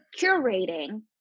curating